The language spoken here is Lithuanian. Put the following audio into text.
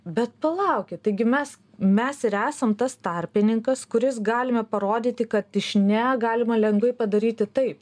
bet palaukit taigi mes mes ir esam tas tarpininkas kuris galime parodyti kad iš ne galima lengvai padaryti taip